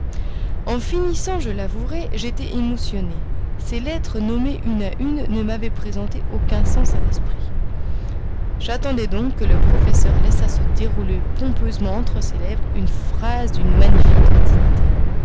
en finissant je l'avouerai j'étais émotionné ces lettres nommées une à une ne m'avaient présenté aucun sens à l'esprit j'attendais donc que le professeur laissât se dérouler pompeusement entre ses lèvres une phrase d'une magnifique latinité